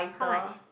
how much